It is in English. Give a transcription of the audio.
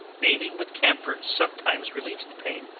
bathing with camphor sometimes relieves the pain,